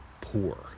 poor